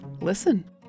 listen